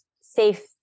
safe